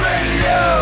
Radio